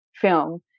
film